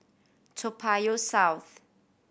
Toa Payoh South